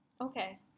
Okay